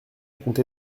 compter